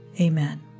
Amen